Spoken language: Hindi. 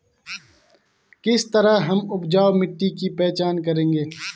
किस तरह हम उपजाऊ मिट्टी की पहचान करेंगे?